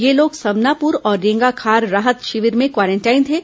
ये लोग समनापुर और रेंगाखार राहत शिविर में क्वारेंटाइन थे